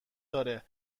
داره